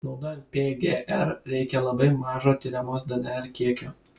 naudojant pgr reikia labai mažo tiriamos dnr kiekio